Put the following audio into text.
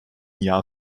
jahr